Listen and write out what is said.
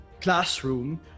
classroom